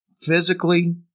physically